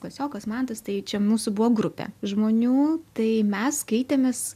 klasiokas mantas tai čia mūsų buvo grupė žmonių tai mes keitėmės